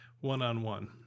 one-on-one